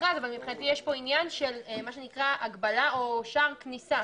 אבל מבחינתי יש פה עניין של הגבלה או שער כניסה.